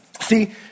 See